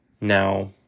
Now